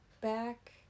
back